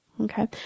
Okay